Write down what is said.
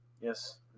Yes